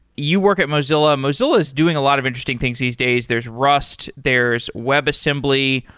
you work at mozilla. mozilla is doing a lot of interesting things these days. there's rust. there's webassembly.